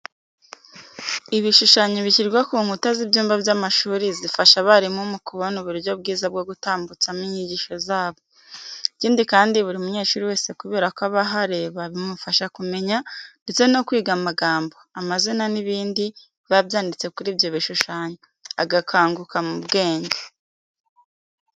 Ibishushanyo bishyirwa ku nkuta z'ibyumba by'amashuri zifasha abarimu mu kubona uburyo bwiza bwo gutambutsamo inyigisho zabo. Ikindi kandi buri munyeshuri wese kubera ko aba ahareba bimufasha kumenya ndetse no kwiga amagambo, amazina n'ibindi biba byanditse kuri ibyo bishushanyo, agakanguka mu bwenge.